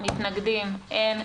מתנגדים אין.